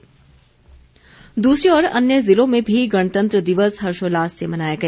बिलासपुर समारोह दूसरी ओर अन्य ज़िलों में भी गणतंत्र दिवस हर्षोल्लास से मनाया गया